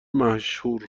مشهور